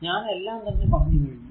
ഞാൻ എല്ലാം തന്നെ പറഞ്ഞു കഴിഞ്ഞു